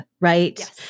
right